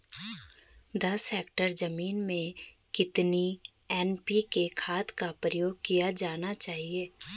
दस हेक्टेयर जमीन में कितनी एन.पी.के खाद का उपयोग किया जाना चाहिए?